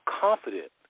confident